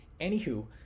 anywho